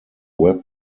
web